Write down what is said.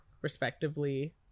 respectively